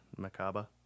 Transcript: Makaba